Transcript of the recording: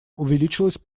увеличилось